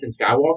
Skywalker